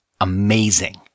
amazing